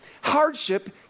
Hardship